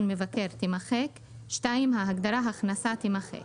מבקר" - תימחק; ההגדרה "הכנסה" תימחק.